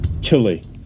Chile